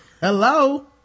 Hello